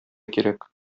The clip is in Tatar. кирәк